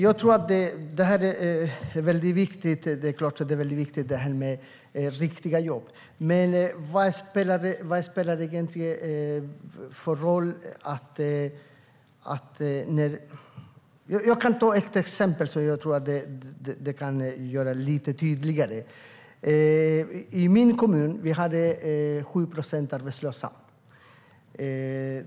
Herr talman! Det är viktigt med riktiga jobb. Jag ska nämna ett exempel som kan göra det hela lite tydligare. I min hemkommun fanns det 7 procent arbetslösa.